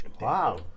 Wow